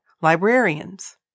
librarians